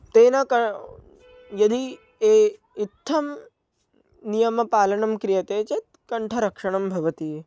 तेन क यदि ए इत्थं नियमपालनं क्रियते चेत् कण्ठरक्षणं भवति